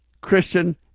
Christian